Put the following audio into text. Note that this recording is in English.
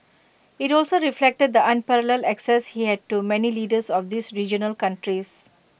IT also reflected the unparalleled access he had to many leaders of these regional countries